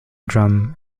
drum